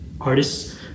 artists